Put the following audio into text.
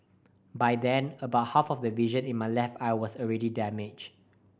by then about half of the vision in my left eye was already damaged